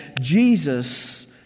Jesus